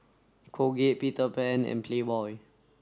Colgate Peter Pan and Playboy